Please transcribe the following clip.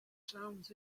sounds